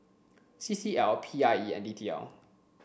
C C L P I E and D T L